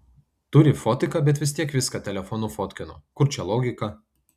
turi fotiką bet vis tiek viską telefonu fotkino kur čia logika